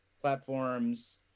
platforms